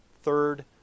Third